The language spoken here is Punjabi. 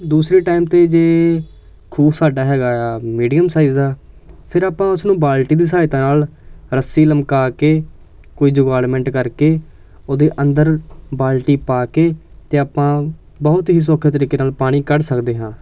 ਦੂਸਰੇ ਟਾਈਮ 'ਤੇ ਜੇ ਖੂਹ ਸਾਡਾ ਹੈਗਾ ਆ ਮੀਡੀਅਮ ਸਾਈਜ਼ ਦਾ ਫਿਰ ਆਪਾਂ ਉਸ ਨੂੰ ਬਾਲਟੀ ਦੀ ਸਹਾਇਤਾ ਨਾਲ ਰੱਸੀ ਲਮਕਾ ਕੇ ਕੋਈ ਜੁਗਾੜਮੈਂਟ ਕਰਕੇ ਉਹਦੇ ਅੰਦਰ ਬਾਲਟੀ ਪਾ ਕੇ ਅਤੇ ਆਪਾਂ ਬਹੁਤ ਹੀ ਸੌਖੇ ਤਰੀਕੇ ਨਾਲ ਪਾਣੀ ਕੱਢ ਸਕਦੇ ਹਾਂ